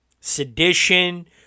Sedition